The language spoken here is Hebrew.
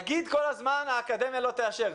להגיד כל הזמן שהאקדמיה לא תאשר.